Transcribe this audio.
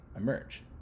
emerge